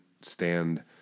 stand